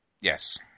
yes